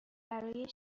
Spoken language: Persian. برای